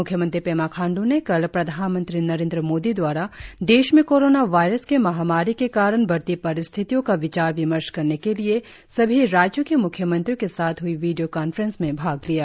म्ख्यमंत्री पेमा खांडू ने कल प्रधानमंत्री नरेंद्र मोदी द्वारा देश में कोरोना वायरस के महामारी के कारण बढ़ती परिस्थितियों पर विचार विमर्श के लिए सभी राज्यों के म्ख्यमंत्रियों के साथ हई वीडियों कॉन्फ्रेंस में भाग लिया